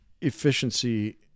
efficiency